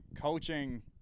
coaching